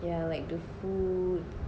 yeah like the food